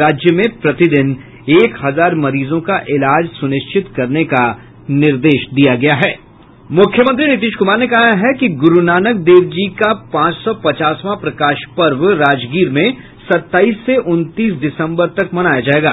राज्य में प्रतिदिन एक हजार मरीजों का इलाज सुनिश्चित करने का निर्देश दिया गया है मुख्यमंत्री नीतीश कुमार ने कहा है कि गुरुनानक देव जी का पांच सौ पचासवां प्रकाश पर्व राजगीर में सत्ताईस से उन्तीस दिसंबर तक मनाया जाएगा